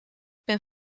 ben